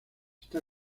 está